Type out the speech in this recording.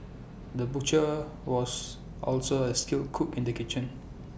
the butcher was also A skilled cook in the kitchen